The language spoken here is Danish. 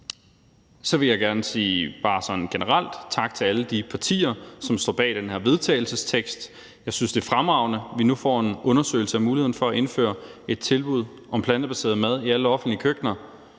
Så vil jeg bare generelt gerne sige tak til alle de partier, som står bag den her vedtagelsestekst. Jeg synes, det er fremragende, at vi nu får en undersøgelse af muligheden for at indføre et tilbud om plantebaseret mad i alle offentlige køkkener.